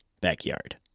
backyard